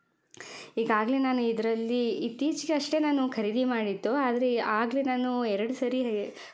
ಈಗಾಗಲೇ ನಾನು ಇದರಲ್ಲಿ ಇತ್ತೀಚಿಗಷ್ಟೆ ನಾನು ಖರೀದಿ ಮಾಡಿದ್ದು ಆದರೆ ಆಗಲೇ ನಾನು ಎರಡು ಸರಿ ಹೇ